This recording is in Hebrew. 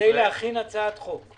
כדי להכין הצעת חוק.